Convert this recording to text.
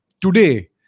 Today